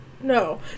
No